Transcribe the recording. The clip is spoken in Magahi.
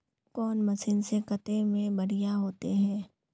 कौन मशीन से कते में बढ़िया होते है?